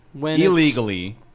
illegally